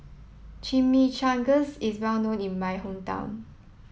Chimichangas is well known in my hometown